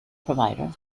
provider